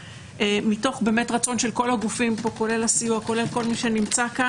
מתוך רצון של כל הגופים פה, כולל הסיוע וכל השאר,